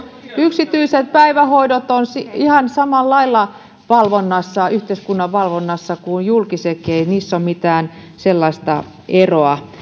yksityiset päivähoidot ovat ihan samalla lailla yhteiskunnan valvonnassa kuin julkisetkin ei niissä ole mitään sellaista eroa